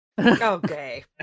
Okay